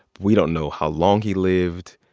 we don't know how long he lived.